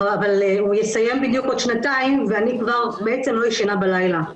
אבל הוא יסיים בדיוק עוד שנתיים ואני כבר בעצם לא ישנה בלילה.